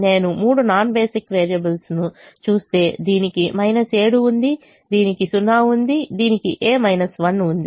నేను 3 non basic వేరియబుల్స్ను చూస్తే దీనికి 7 ఉంది దీనికి 0 ఉంది దీనికి a 1 ఉంది